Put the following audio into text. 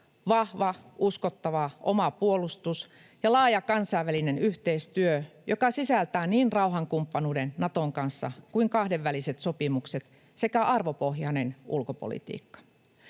vahva, uskottava oma puolustus ja laaja kansainvälinen yhteistyö, joka sisältää niin rauhankumppanuuden Naton kanssa kuin kahdenväliset sopimukset, sekä arvopohjainen ulkopolitiikka.